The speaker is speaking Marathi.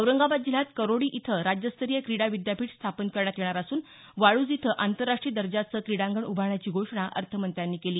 औरंगाबाद जिल्हयात करोडी इथं राज्यस्तरीय क्रीडा विद्यापीठ स्थापन करण्यात येणार असून वाळूज इथं आंतरराष्ट्रीय दर्जाचं क्रिडांगण उभारण्याची घोषणा अर्थमंत्र्यांनी केली